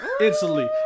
instantly